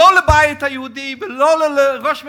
לא לבית היהודי ולא לראש הממשלה,